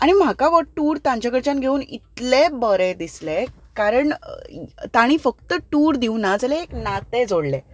आनी म्हाका हो टूर तांचे कडच्यान घेवन इतलें बरें दिसलें कारण तांणी फक्त एक टूर दिवूना जाल्यार एक नातें जोडलें